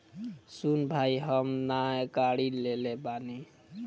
सुन भाई हम नाय गाड़ी लेले बानी